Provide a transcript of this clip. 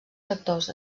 sectors